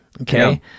okay